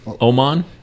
Oman